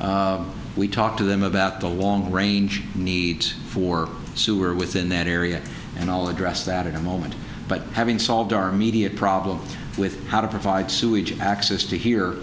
discussion we talked to them about the long range needs for sewer within that area and all addressed that in a moment but having solved our immediate problem with how to provide sewage access to here